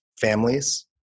families